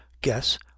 guess